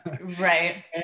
Right